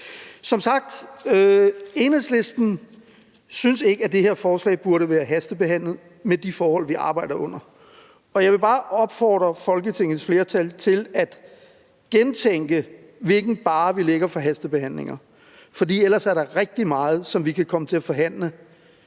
Enhedslisten synes ikke, at det her forslag burde være hastebehandlet med de forhold, vi arbejder under, og jeg vil bare opfordre Folketingets flertal til at gentænke, hvilken barre vi lægger for hastebehandlinger, for ellers er der rigtig meget, som vi kan komme til at forhandle